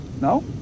No